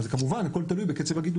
אבל כמובן הכל תלוי בקצב הגידול.